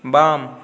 बाम